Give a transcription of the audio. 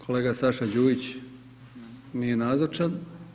Kolega Saša Đujić nije nazočan.